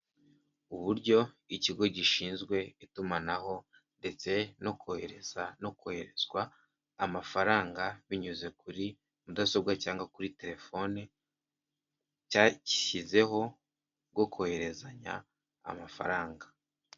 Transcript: Uburyo ikigo gishinzwe itumanaho ndetse no kohereza no koherezwa amafaranga binyuze kuri mudasobwa cyangwa kuri telefone cyashyizeho bwo koherezanya amafaranga.